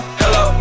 hello